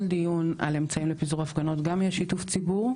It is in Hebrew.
דיון על אמצעים לפיזור הפגנות גם יש שיתוף ציבור,